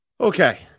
Okay